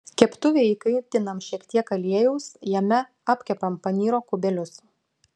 keptuvėj įkaitinam šiek tiek aliejaus jame apkepam panyro kubelius